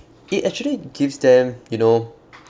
it actually gives them you know